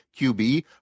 QB